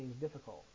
difficult